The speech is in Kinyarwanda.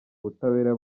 ubutabera